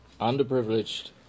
underprivileged